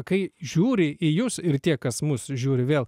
kai žiūri į jus ir tie kas mus žiūri vėl